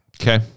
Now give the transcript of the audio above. Okay